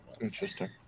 Interesting